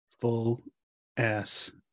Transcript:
full-ass